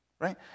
right